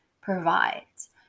provides